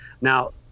Now